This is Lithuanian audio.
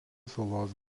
salos